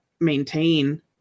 maintain